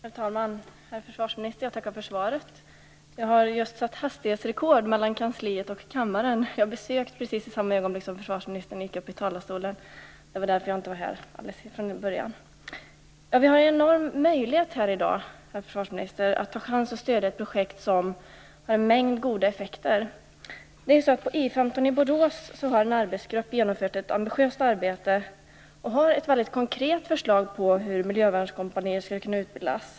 Herr talman! Herr försvarsminister! Jag tackar för svaret. Jag har just satt hastighetsrekord mellan kansliet och kammaren. Jag blev sökt i precis samma ögonblick som försvarsministern gick upp i talarstolen. Det var därför jag inte var här alldeles ifrån början. Vi har en enorm möjlighet här i dag, herr försvarsminister, att stödja ett projekt som har en mängd goda effekter. På I 15 i Borås har en arbetsgrupp genomfört ett ambitiöst arbete. Man har ett konkret förslag för hur miljövärnskompanier skulle kunna utbildas.